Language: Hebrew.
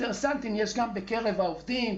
אינטרסנטים יש גם בקרב העובדים,